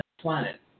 planet